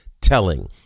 telling